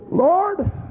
Lord